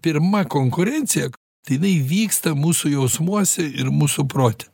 pirma konkurencija tai jinai vyksta mūsų jausmuose ir mūsų prote